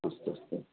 अस्तु अस्तु